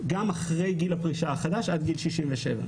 גם אחרי גיל הפרישה החדש עד גיל 67,